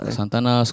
Santana